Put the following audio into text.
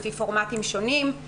לפי פורמטים שונים.